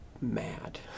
mad